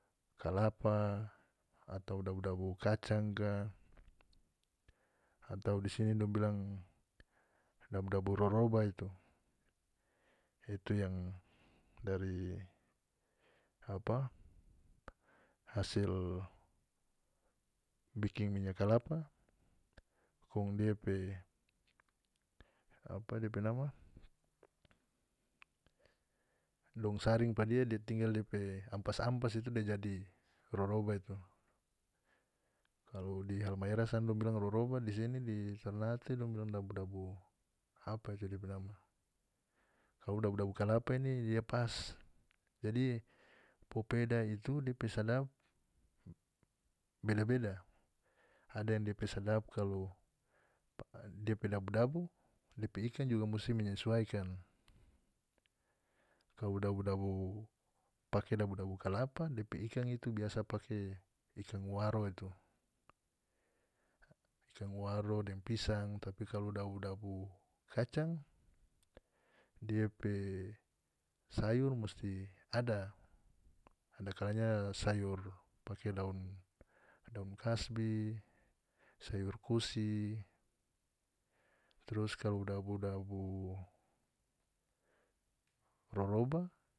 Kalapa atau dabu-dabu kacang ka atau di sini dong bilang dabu-dabu roroba itu itu yang dari apa hasil biking minya kalapa kong dia pe apa depe nama dong saring pa dia dia tinggal depe ampas-ampas itu dia jadi roroba itu kalu di halmahera sana dong bilang roroba di sini di ternate dong bilang dabu-dabu apa itu depe nama kalu dabu-dabu kalapa ini dia pas jadi popeda itu depe sadap beda-beda ada yang yang depe sadap kalu depe dabu-dabu depe ikan juga musi menyesuaikan kalu dabu-dabu pake dabu-dabu kalapa depe ikan itu biasa pake ikan waro ikan waro deng pisang tapi kalu dabu-dabu kacang dia pe sayur musti ada adakalanya sayur pake daun daun kasbi sayur kusi trus kalu dabu-dabu roroba.